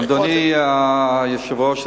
אדוני היושב-ראש,